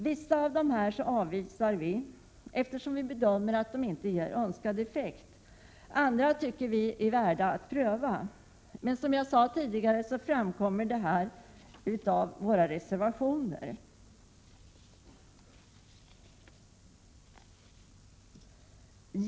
Vi avvisar en del av åtgärderna, eftersom vi bedömer att de inte kommer att ge önskad effekt. Andra åtgärder bör prövas. Som jag sade tidigare framgår detta av våra reservationer.